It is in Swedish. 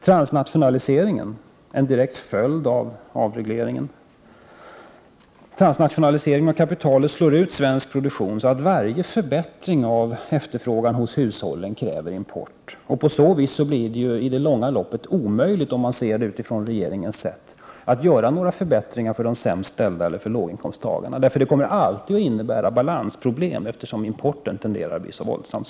Transnationaliseringen av kapitalet, som är en direkt följd av avregleringen, slår ut svensk produktion så att varje ökning av efterfrågan hos hushållen kräver import. Med regeringens handlingssätt blir det i längden omöjligt att göra några förbättringar för de sämst ställda eller låginkomsttagarna, eftersom importen tenderar att bli så våldsamt stor och detta alltid leder till balansproblem.